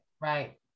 right